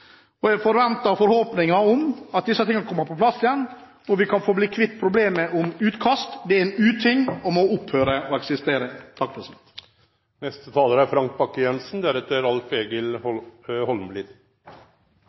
år. Jeg forventer og har forhåpninger om at den skal komme på plass igjen, og at vi blir kvitt problemet med utkast. Det er en uting og må opphøre å eksistere. Fiskeriforvaltning er